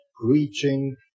preaching